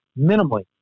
minimally